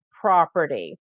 property